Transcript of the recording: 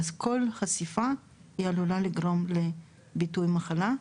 כל חשיפה עלולה לגרום לביטוי מחלה.